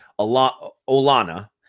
Olana